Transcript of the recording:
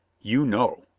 you know.